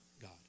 god